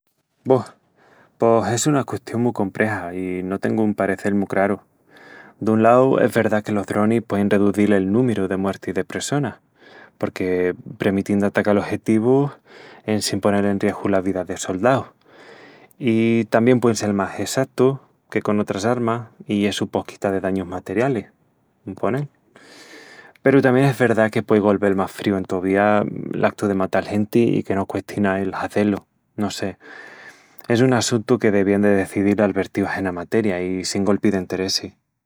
Buh, pos es una custión mu comprexa i no tengu un parecel mu craru... Dun lau es verdá que los dronis puein reduzil el númiru de muertis de pressonas, porque premitin d'atacal ojetivus en sin ponel en riesgu la vida de soldaus. I tamién puein sel más essatus que con otras armas i essu pos quita de dañus materialis, un ponel. Peru tamién es verdá que puei golvel más fríu entovía l'actu de matal genti i que no cuesti ná el hazé-lu. No sé... es un assuntu que devían de decedil alvertíus ena materia i sin golpi d'enteressis.